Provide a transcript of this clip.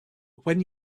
when